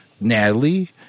Natalie